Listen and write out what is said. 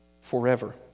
forever